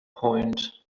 point